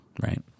right